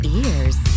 ears